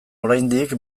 oraindik